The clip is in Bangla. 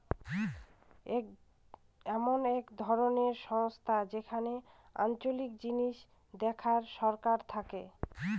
এমন এক ধরনের সংস্থা যেখানে আঞ্চলিক জিনিস দেখার সরকার থাকে